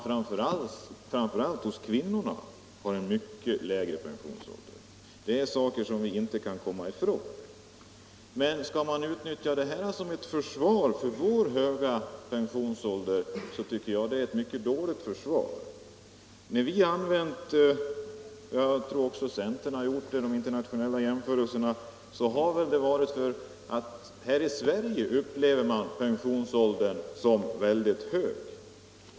Framför allt förekommer mycket lägre pensionsålder för kvinnorna. Det är fakta som vi inte kan komma från. Men skall man utnyttja detta förhållande som försvar för vår höga pensionsålder, tycker jag att det är ett mycket dåligt försvar. Att vi använt — jag tror att också centern gjort det — de internationella jämförelserna har berott på att pensionsåldern i Sverige har betraktats som mycket hög.